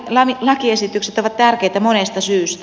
nämä lakiesitykset ovat tärkeitä monesta syystä